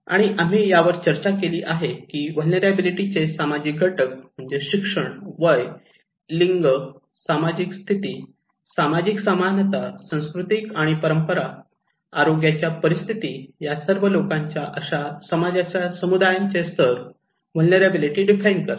आणि आम्ही यावरही चर्चा केली की व्हलनेरलॅबीलीटीचे सामाजिक घटक म्हणजे शिक्षण वय लिंग सामाजिक स्थिती सामाजिक समानता संस्कृती आणि परंपरा आरोग्याच्या परिस्थिती या सर्व लोकांच्या अशा समाजांच्या समुदायांचे स्तर व्हलनेरलॅबीलीटी डिफाइन करतात